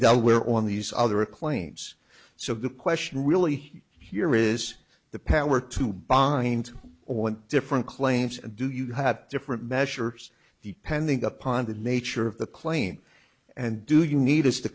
delaware on these other claims so the question really here is the power to bind or when different claims and do you have different measures the pending upon the nature of the claim and do you need is t